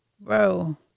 bro